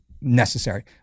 necessary